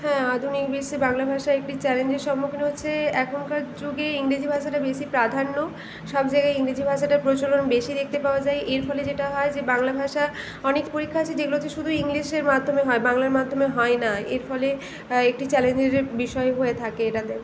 হ্যাঁ আধুনিক বিশ্বে বাংলা ভাষা একটি চ্যালেঞ্জের সম্মুখীন হয়েছে এখনকার যুগে ইংরেজি ভাষাটার বেশী প্রাধান্য সব জায়গায় ইংরেজি ভাষাটার প্রচলন বেশী দেখতে পাওয়া যায় এর ফলে যেটা হয় যে বাংলা ভাষা অনেক পরীক্ষা আছে যেগুলোতে শুধু ইংলিশের মাধ্যমে হয় বাংলার মাধ্যমে হয় না এর ফলে একটি চ্যালেঞ্জের বিষয় হয়ে থাকে এটাতে